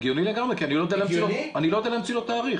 הגיוני לגמרי, כי אני לא יודע להמציא לו תאריך.